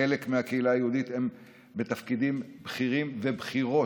חלק מהקהילה היהודית הם בתפקידים בכירים, ובכירות,